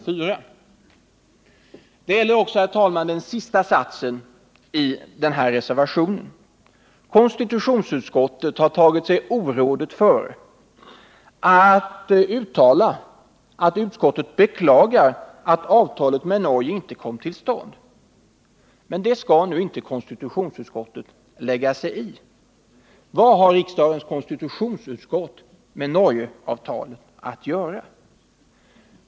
Mitt bifallsyrkande gäller också, herr talman, den sista delen av denna reservation. Konstitutionsutskottet har tagit sig orådet före att uttala att det beklagar att avtalet med Norge inte kom till stånd. Men det skall konstitutionsutskottet inte lägga sig i. Vad har riksdagens konstitutionsutskott med den saken att göra?